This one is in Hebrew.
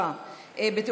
יש